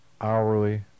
hourly